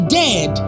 dead